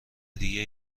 دیگه